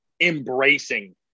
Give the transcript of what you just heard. embracing